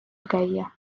käia